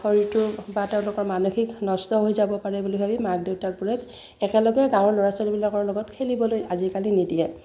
শৰীৰটো বা তেওঁলোকৰ মানসিক নষ্ট হৈ যাব পাৰে বুলি ভাবি মাক দেউতাকবোৰে একেলগে গাঁৱৰ ল'ৰা ছোৱালীবিলাকৰ লগত খেলিবলৈ আজিকালি নিদিয়ে